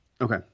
Okay